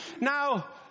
Now